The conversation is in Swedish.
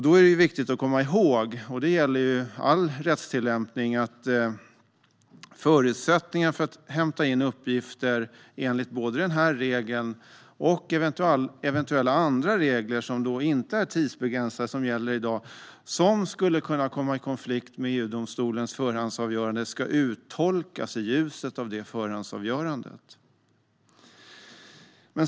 Det är viktigt att komma ihåg, och det gäller all rättstillämpning, att förutsättningen för att hämta in uppgifter enligt både den här regeln och andra eventuella regler som inte är tidsbegränsade, som gäller i dag och som skulle kunna komma i konflikt med EU-domstolens förhandsavgörande ska uttolkas i ljuset av det förhandsavgörandet.